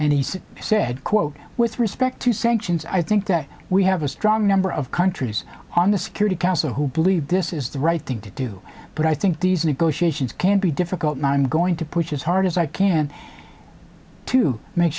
and he said quote with respect to sanctions i think that we have a strong number of countries on the security council who believe this is the right thing to do but i think these negotiations can be difficult and i'm going to push as hard as i can to make